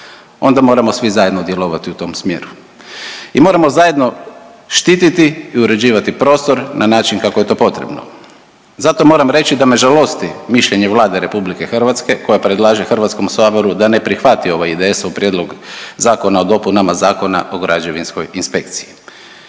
onda moramo svi zajedno djelovati u tom smjeru. I moramo zajedno štititi i uređivati prostor na način kako je to potrebno. Zato moram reći da me žalosti mišljenje Vlade Republike Hrvatske koja predlaže Hrvatskom saboru da ne prihvati ovaj IDS-ov Prijedlog zakona o dopunama Zakona o građevinskoj inspekciji.